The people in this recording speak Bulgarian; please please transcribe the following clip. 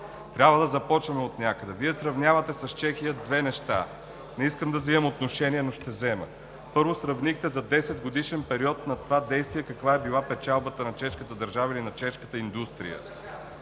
Трябва да започнем отнякъде. Вие, сравнявате с Чехия две неща. Не искам да взимам отношение, но ще взема. Първо, сравнихте за 10-годишен период на това действие каква е била печалбата на чешката държава и на чешката индустрия.